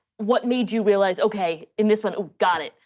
what made you realize, okay, in this one, got it.